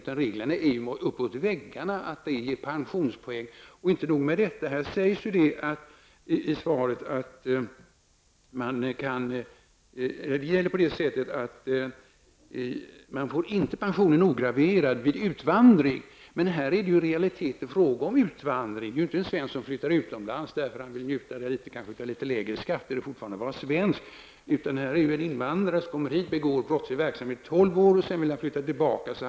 Det är uppåt väggarna att detta skall ge pensionspoäng. Inte nog med det. Det sägs i svaret att man inte får pensionen ograverad vid utvandring. Här är det i realiteten fråga om utvandring. Det är inte fråga om en svensk som flyttar utomlands därför att han vill njuta litet eller kanske få litet lägre skatter och fortfarande vara svensk, utan det är fråga om en invandrare som kommit hit och bedrivit brottslig verksamhet under tolv år och sedan vill flytta tillbaka.